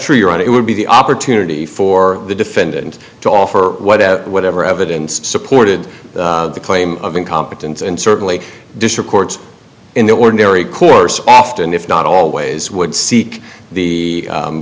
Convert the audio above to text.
true you're right it would be the opportunity for the defendant to offer whatever whatever evidence supported the claim of incompetence and certainly district courts in the ordinary course often if not always would seek the